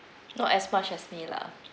not as much as me lah